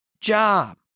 job